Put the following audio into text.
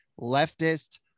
leftist